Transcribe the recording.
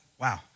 wow